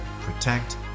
protect